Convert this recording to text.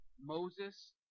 Moses